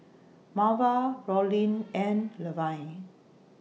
Marva Rollin and Levin